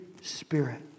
Spirit